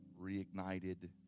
reignited